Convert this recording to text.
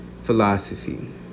philosophy